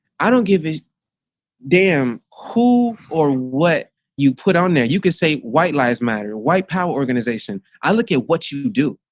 i don't give a damn who or what you put on there, you can say white lives matter white power organization. i look at what you do.